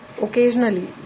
Occasionally